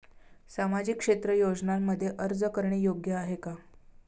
सामाजिक क्षेत्र योजनांमध्ये अर्ज करणे योग्य आहे का?